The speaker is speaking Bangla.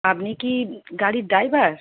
আপনি কি গাড়ির ড্রাইভার